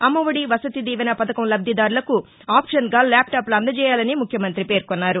అమ్మఒది వసతి దీవెన పథకం లబ్దిదారులకు ఆప్షన్ గా ల్యాప్ టాపులు అందజేయాలని ముఖ్యమంతి పేర్కొన్నారు